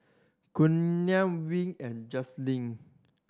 Giuliana Wing and Janice